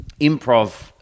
improv